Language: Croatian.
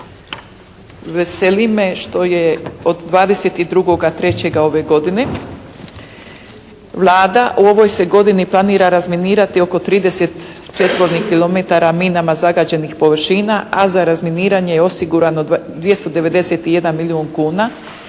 veseli me što je od 22.3. ove godine Vlada, u ovoj se godini planira razminirati oko 30 četvornih kilometara minama zagađenih površina a za razminiranje je osigurano 291 milijun kuna.